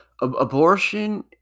Abortion